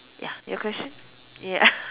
ya your question ya